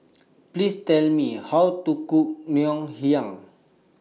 Please Tell Me How to Cook Ngoh Hiang